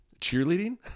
cheerleading